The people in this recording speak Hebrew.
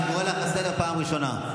אני קורא אותך לסדר פעם ראשונה.